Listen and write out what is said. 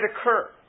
occur